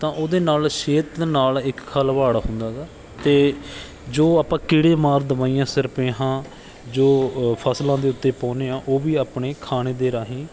ਤਾਂ ਉਹਦੇ ਨਾਲ ਸਿਹਤ ਨਾਲ ਇੱਕ ਖਿਲਵਾੜ ਹੁੰਦਾ ਗਾ ਅਤੇ ਜੋ ਆਪਾਂ ਕੀੜੇ ਮਾਰ ਦਵਾਈਆਂ ਸਰਪੇਹਾਂ ਜੋ ਫਸਲਾਂ ਦੇ ਉੱਤੇ ਪਾਉਂਦੇ ਹਾਂ ਉਹ ਵੀ ਆਪਣੇ ਖਾਣੇ ਦੇ ਰਾਹੀਂ